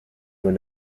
were